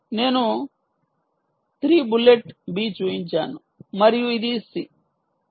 నేను 3 bullet B చూపించాను మరియు ఇది C